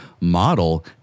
model